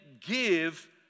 give